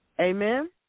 Amen